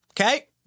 Okay